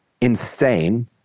insane